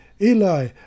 Eli